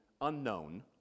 unknown